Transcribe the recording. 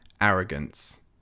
arrogance